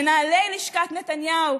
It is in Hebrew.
מנהלי לשכת נתניהו,